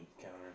counter